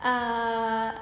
err